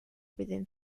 within